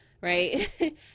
right